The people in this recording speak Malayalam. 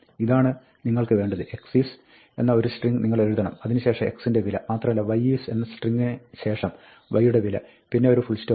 ഇതാണ് നിങ്ങൾക്ക് വേണ്ടത് 'x is' എന്ന ഒരു സ്ട്രിങ്ങ് നിങ്ങൾ എഴുതണം അതിനു ശേഷം x ന്റെ വില മാത്രമല്ല 'y is' എന്ന സ്ട്രിങ്ങിന് ശേഷം y യുടെ വില പിന്നെ ഒരു ഫുൾസ്റ്റോപ്പ്